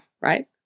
right